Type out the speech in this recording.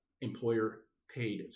employer-paid